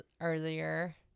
earlier